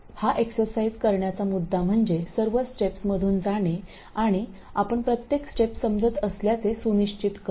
हा एक्सरसाइज करण्याचा मुद्दा म्हणजे सर्व स्टेप्स मधुन जाणे आणि आपण प्रत्येक स्टेप् समजत असल्याचे सुनिश्चित करणे